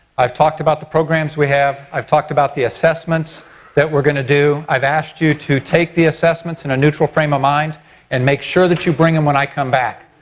i've talked about the programs we have, i've talked about the assessments that we're going to do. i've asked you to take the assessments in a neutral frame of mind and make sure that you bring them when i come back.